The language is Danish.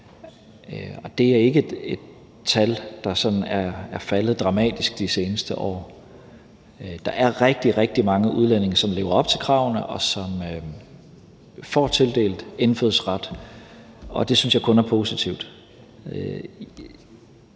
Det er ikke et tal, der sådan er faldet dramatisk de seneste år. Der er rigtig, rigtig mange udlændinge, som lever op til kravene, og som får tildelt indfødsret, og det synes jeg kun er positivt.